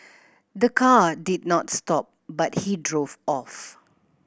the car did not stop but he drove off